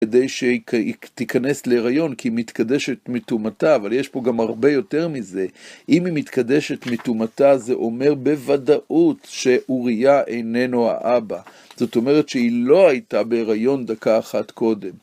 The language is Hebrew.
כדי שהיא תיכנס להיריון, כי היא מתקדשת מטומאתה, אבל יש פה גם הרבה יותר מזה. אם היא מתקדשת מטומאתה, זה אומר בוודאות שאוריה איננו האבא. זאת אומרת שהיא לא הייתה בהיריון דקה אחת קודם.